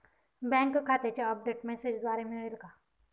Bank खात्याचे update मेसेजद्वारे मिळेल का?